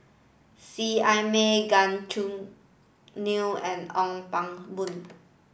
seet Ai Mee Gan Choo Neo and Ong Pang Boon